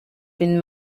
been